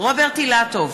רוברט אילטוב,